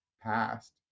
past